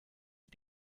sie